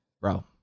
Bro